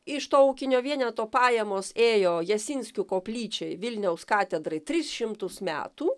iš to ūkinio vieneto pajamos ėjo jasinskių koplyčiai vilniaus katedrai tris šimtus metų